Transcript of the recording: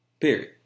Period